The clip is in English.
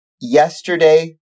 yesterday